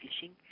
fishing